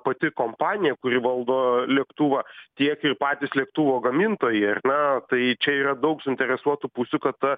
pati kompanija kuri valdo lėktuvą tiek ir patys lėktuvų gamintojai ar ne tai čia yra daug suinteresuotų pusių kad ta